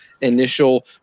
initial